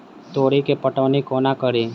तोरी केँ पटौनी कोना कड़ी?